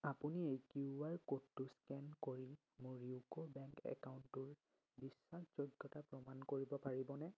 আপুনি এই Q R ক'ডটো স্কেন কৰি মোৰ ইউকো বেংক একাউণ্টটোৰ বিশ্বাসযোগ্যতা প্ৰমাণ কৰিব পাৰিবনে